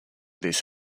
this